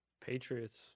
Patriots